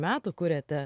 metų kuriate